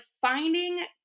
finding